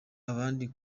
abandi